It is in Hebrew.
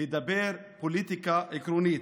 לדבר פוליטיקה עקרונית.